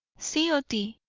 c. o. d,